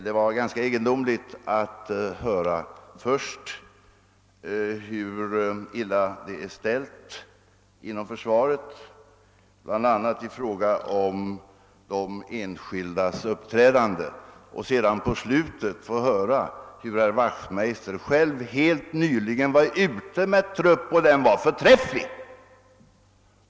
Det var ganska egendomligt att först höra hur illa det är ställt inom försvaret, bland annat i fråga om de enskilda soldaternas uppträdande, för att sedan på slutet få höra att herr Wachtmeister själv nyligen har varit ute på ett förband och att truppen där var förträfflig.